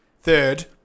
Third